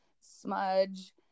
smudge